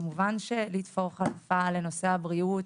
כמובן שלתפור חליפה לנושא הבריאות,